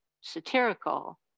satirical